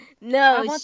no